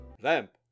Lamp